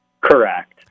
Correct